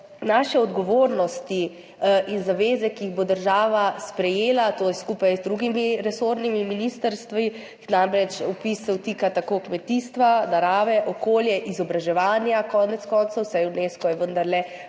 Naše odgovornosti in zaveze, ki jih bo država sprejela, to je skupaj z drugimi resornimi ministrstvi, vpis se namreč dotika tako kmetijstva, narave, okolje, izobraževanja konec koncev, saj je Unesco vendarle